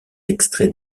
extrait